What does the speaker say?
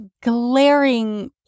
glaring